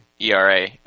ERA